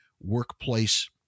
workplace